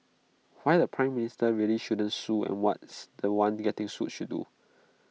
why the Prime Minister really shouldn't sue and ones The One getting sued should do